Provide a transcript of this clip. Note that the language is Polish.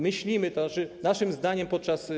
Myślimy, naszym zdaniem podczas